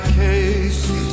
case